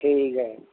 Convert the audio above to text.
ਠੀਕ ਹੈ